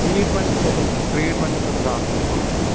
treatment کٔژن treatment کٔژن ڈاکٹرن نِش کوٚروٕ تۄہہِ